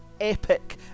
epic